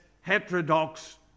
heterodox